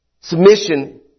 Submission